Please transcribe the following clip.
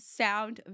sound